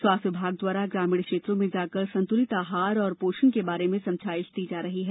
स्वास्थ्य विभाग द्वारा ग्रामीण क्षेत्रों में जाकर संतुलित आहार और पोषण भोजन के बारे में समझाईश दी जा रही है